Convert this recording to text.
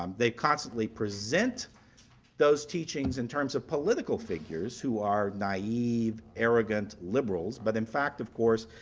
um they constantly present those teachings in terms of political figures who are naive, arrogant liberals, but in fact, of course,